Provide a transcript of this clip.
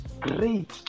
great